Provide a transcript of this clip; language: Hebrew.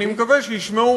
אני מקווה שישמעו